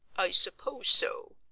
i suppose so,